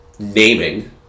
naming